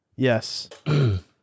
Yes